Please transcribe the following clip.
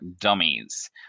dummies